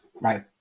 Right